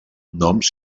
noms